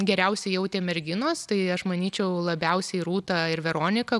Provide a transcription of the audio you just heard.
geriausiai jautė merginos tai aš manyčiau labiausiai rūta ir veronika